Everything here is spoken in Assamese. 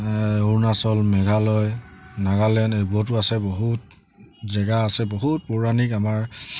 অৰুণাচল মেঘালয় নাগালেণ্ড এইবোৰতো আছে বহুত জেগা আছে বহুত পৌৰাণিক আমাৰ